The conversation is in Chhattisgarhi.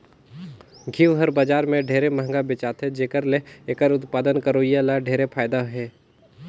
घींव हर बजार में ढेरे मंहगा बेचाथे जेखर ले एखर उत्पादन करोइया ल ढेरे फायदा हे